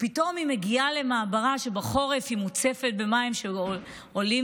ופתאום היא מגיעה למעברה שבחורף היא מוצפת במים שעולים